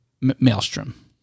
Maelstrom